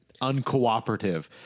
uncooperative